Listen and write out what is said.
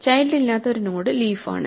child ഇല്ലാത്ത ഒരു node leaf ആണ്